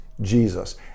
Jesus